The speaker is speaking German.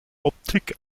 optik